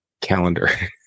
calendar